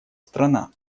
страна